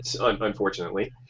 Unfortunately